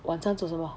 晚餐煮什么